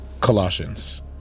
Colossians